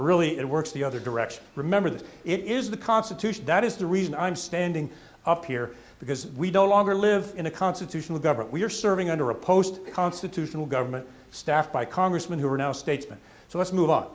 really it works the other direction remember that it is the constitution that is the reason i'm standing up here because we don't longer live in a constitutional government we're serving under a post constitutional government staffed by congressmen who are now statesman so let's move